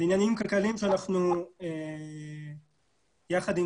זה עניינים כלכליים שאנחנו יחד עם